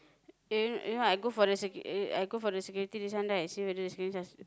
eh you know you know I go for the sec~ I go for the security this one right see whether the security~